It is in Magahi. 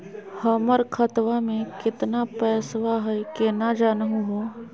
हमर खतवा मे केतना पैसवा हई, केना जानहु हो?